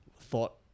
thought